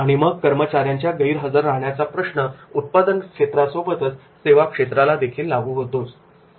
आणि मग हा कर्मचाऱ्यांच्या गैरहजर राहण्याच्या प्रश्न उत्पादन क्षेत्रात सोबतच सेवा क्षेत्राला देखील लागू होतोच